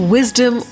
Wisdom